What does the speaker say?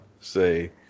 say